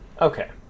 Okay